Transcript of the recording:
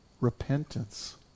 repentance